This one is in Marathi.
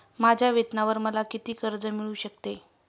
माझ्या वेतनावर मला किती कर्ज मिळू शकते?